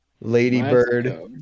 Ladybird